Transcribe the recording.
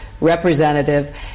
representative